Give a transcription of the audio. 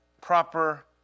proper